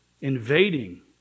invading